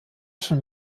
schon